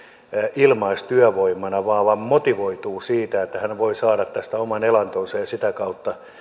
ilmaistyövoimana vaan vaan motivoituu siitä että hän voi saada tästä oman elantonsa ja sitä kautta